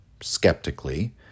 skeptically